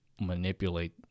manipulate